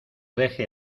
dejé